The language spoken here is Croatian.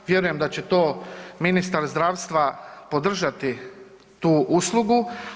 Vjerujem da će to ministar zdravstva podržati tu uslugu.